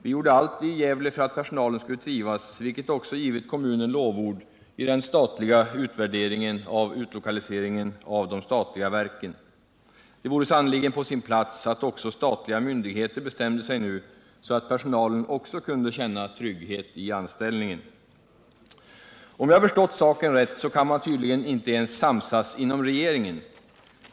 Vi gjorde allt i Gävle för att personalen skulle trivas, vilket också givit kommunen lovord i den statliga utvärderingen av utlokaliseringen av de statliga verken. Det vore sannerligen på sin plats att också statliga myndigheter bestämde sig nu, så att personalen kunde känna trygghet i anställningen. Å Om jag förstått saken rätt, så kan man tydligen inte ens samsas inom regeringen.